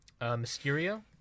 Mysterio